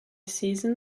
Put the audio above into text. season